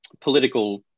political